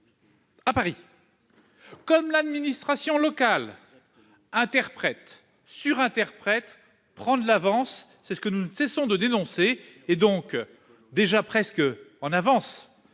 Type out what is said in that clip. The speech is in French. À Paris. Comme l'administration locale. Interprète sur interprète prend de l'avance. C'est ce que nous ne cessons de dénoncer et donc déjà presque en avance